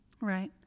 Right